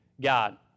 God